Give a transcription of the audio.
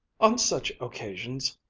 on such occasions,